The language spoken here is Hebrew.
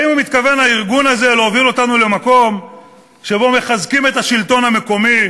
האם הארגון הזה מתכוון להוביל אותנו למקום שבו מחזקים את השלטון המקומי?